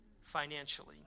financially